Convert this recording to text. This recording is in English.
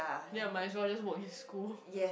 ya my son just walk in school